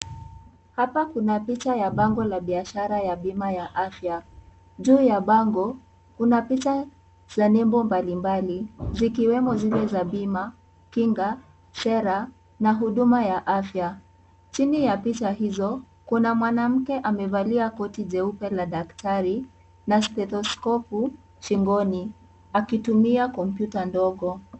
Hapa kuna picha ya bango la biashara ya bima ya afya ,juu ya bango kuna picha za nembo mbalimbali zikiwemo zile za bimac, kinga ,sera na huduma ya afya, chini ya picha hizo kuna mwanamke amevalia koti jeupe la daktari na stetosikopu shingoni akitumia kompyuta ndogo.